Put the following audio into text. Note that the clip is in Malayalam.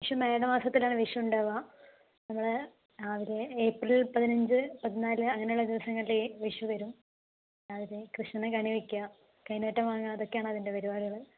വിഷു മേട മാസത്തിലാണ് വിഷു ഉണ്ടാവുക നമ്മൾ രാവിലെ ഏപ്രിൽ പതിനഞ്ചു പതിനാലു അങ്ങനെയുള്ള ദിവസങ്ങളിൽ വിഷു വരും രാവിലെ കൃഷ്ണനെ കണിവെക്കുക കൈനീട്ടം വാങ്ങുക അതൊക്കെയാണ് അതിൻ്റെ പരിപാടികൾ